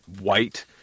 white